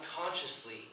unconsciously